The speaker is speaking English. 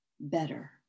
better